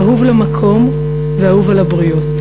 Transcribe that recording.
אהוב למקום ואהוב על הבריות.